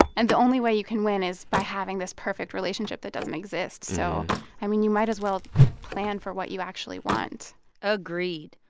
and the only way you can win is by having this perfect relationship that doesn't exist. so i mean, you might as well plan for what you actually want agreed.